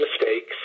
mistakes